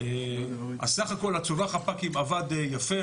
בסך הכל הצובר חפ"קים עבד יפה,